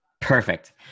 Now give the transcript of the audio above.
Perfect